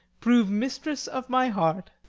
prove mistress of my heart.